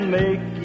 make